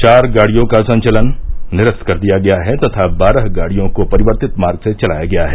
चार गाड़ियों का संचलन निरस्त कर दिया है तथा बारह गाड़ियों को परिवर्तित मार्ग से चलाया गया है